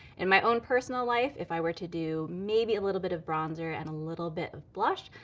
in my own personal life, if i were to do maybe a little bit of bronzer and a little bit of blush,